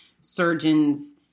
surgeon's